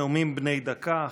נאומים בני דקה.